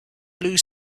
blue